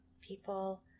people